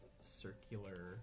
circular